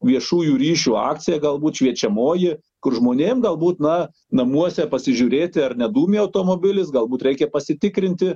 viešųjų ryšių akcija galbūt šviečiamoji kur žmonėm galbūt na namuose pasižiūrėti ar nedūmija automobilis galbūt reikia pasitikrinti